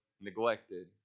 neglected